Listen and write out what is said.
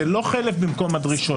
זה לא חל במקום הדרישות.